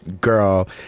Girl